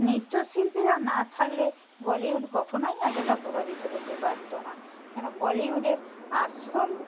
নৃত্যশিল্পীরা না থাকলে বলিউড কখনোই এতটা প্রভাবিত হতে পারত না কেন বলিউডের আসল